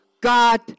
God